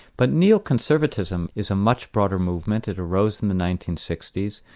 but neo-conservatism is a much broader movement it arose in the nineteen sixty s.